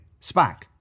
SPAC